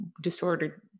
disordered